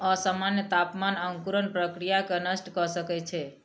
असामन्य तापमान अंकुरण प्रक्रिया के नष्ट कय सकै छै